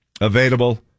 available